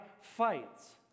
fights